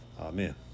Amen